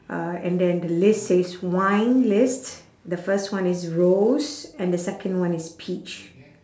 uh and then the list says wine list the first one is rose and the second one is peach